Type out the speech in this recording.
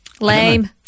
Lame